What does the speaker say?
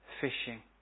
fishing